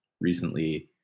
recently